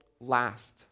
last